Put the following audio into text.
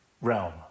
realm